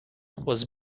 was